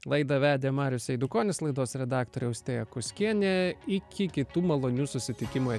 laidą vedė marius eidukonis laidos redaktorė austėja kuskienė iki kitų malonių susitikimų